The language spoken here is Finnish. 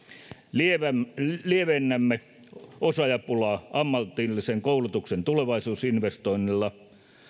lievennämme lievennämme osaajapulaa ammatillisen koulutuksen tulevaisuusinvestoinnilla